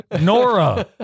Nora